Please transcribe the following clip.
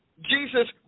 Jesus